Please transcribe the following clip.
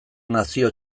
nazio